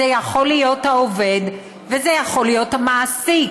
זה יכול להיות העובד וזה יכול להיות המעסיק,